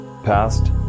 past